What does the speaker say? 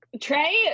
Trey